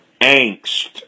angst